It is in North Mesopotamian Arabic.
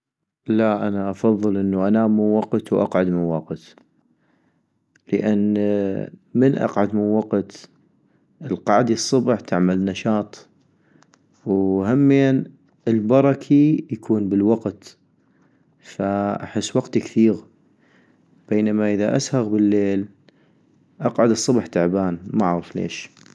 لا أنا افضل انو انام من وقت واقعد من وقت - لان من اقعد من وقت ، القعدي الصبح تعمل نشاط، وهمين البركي يكون بالوقت ،فاحس وقتي كثيغ - بينما اذا اسهغ بالليل اقعد الصبح تعبان معغف ليش